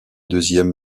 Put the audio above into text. deuxième